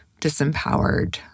disempowered